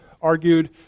Argued